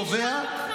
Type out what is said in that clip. שאלתי,